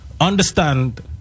Understand